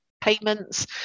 payments